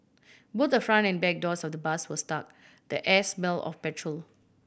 both the front and back doors of the bus were stuck the air smell of petrol